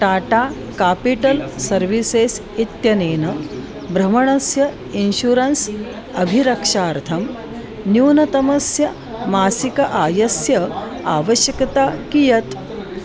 Tata capital services इत्यनेन भ्रमणस्य insurance अभिरक्षार्थं न्यूनतमस्य मासिक आयस्य आवश्यकता कियत्